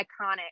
iconic